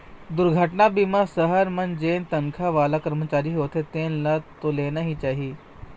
दुरघटना बीमा सहर मन जेन तनखा वाला करमचारी होथे तेन ल तो लेना ही चाही